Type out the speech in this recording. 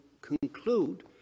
conclude